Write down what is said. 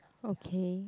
okay